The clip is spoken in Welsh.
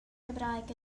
gymraeg